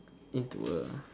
into a